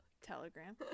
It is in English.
telegram